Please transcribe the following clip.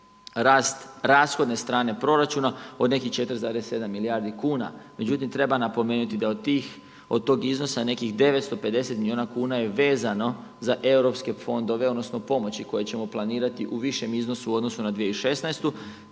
rast rashodne strane proračuna od nekih 4,7 milijardi kuna. Međutim, treba napomenuti da od tog iznosa nekih 950 milijuna kuna je vezano za europske fondove odnosno pomoći koje ćemo planirati u višem iznosu u odnosu na 2016.